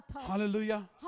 Hallelujah